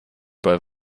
bei